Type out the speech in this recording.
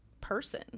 person